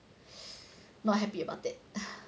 not happy about it